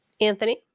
Anthony